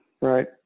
Right